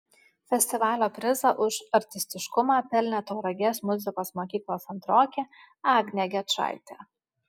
festivalio prizą už artistiškumą pelnė tauragės muzikos mokyklos antrokė agnė gečaitė